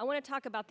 i want to talk about